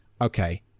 okay